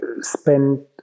spend